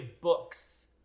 books